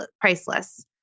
priceless